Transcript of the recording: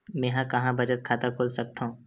मेंहा कहां बचत खाता खोल सकथव?